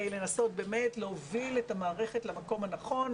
לנסות באמת להוביל את המערכת למקום הנכון,